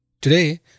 Today